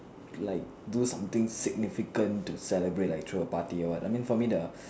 like do something significant to celebrate like throw a party or what I mean for me the